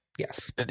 yes